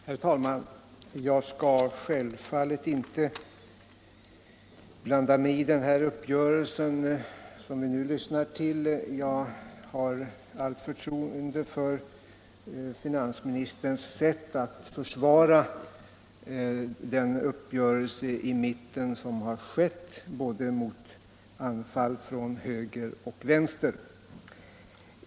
Herr talman! Jag skall självfallet inte blanda mig i det meningsutbyte som vi nu har lyssnat till. Jag har allt förtroende för finansministerns sätt att försvara den träffade mittenuppgörelsen mot anfall både från höger och från vänster.